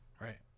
right